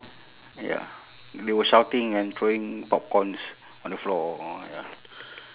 ya they were shouting and throwing popcorns on the floor ya